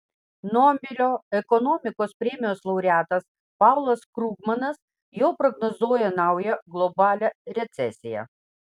nobelio ekonomikos premijos laureatas paulas krugmanas jau prognozuoja naują globalią recesiją